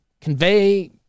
convey